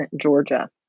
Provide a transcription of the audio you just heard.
Georgia